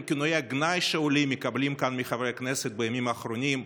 כינויי הגנאי שעולים מקבלים כאן מחברי הכנסת בימים האחרונים,